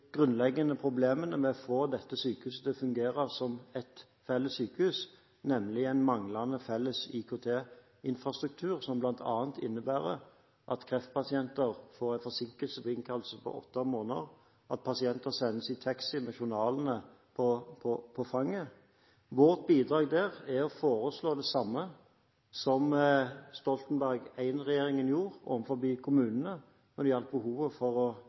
grunnleggende problemene med å få dette sykehuset til å fungere som ett felles sykehus, nemlig en manglende felles IKT-infrastruktur. Dette innebærer bl.a. at kreftpasienter får en forsinkelse på innkallelse på åtte måneder, og at pasienter sendes i taxi med journalene på fanget. Vårt bidrag der er å foreslå det samme som Stoltenberg I-regjeringen gjorde overfor kommunene når det gjaldt behovet for å